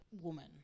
woman